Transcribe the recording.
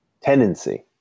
tendency